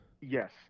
Yes